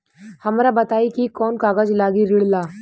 हमरा बताई कि कौन कागज लागी ऋण ला?